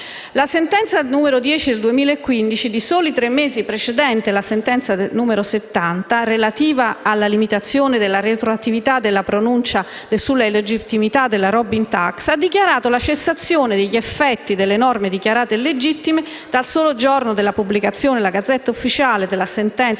la sentenza n. 10 del 2015, di soli tre mesi precedente alla sentenza n. 70 del 2015, relativa alla limitazione della retroattività della pronuncia sulla illegittimità della Robin tax, ha dichiarato la cessazione degli effetti delle norme dichiarate illegittime dal solo giorno della pubblicazione nella *Gazzetta Ufficiale* della sentenza